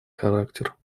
характер